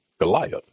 Goliath